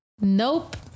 nope